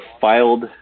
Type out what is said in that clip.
filed